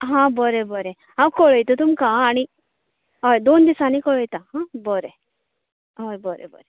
हां बरें बरें हांव कळयता तुमका आं आनी होय दोन दिसांनी कळयतां बरें होय बरें बरें